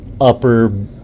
upper